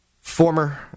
Former